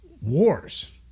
wars